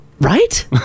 Right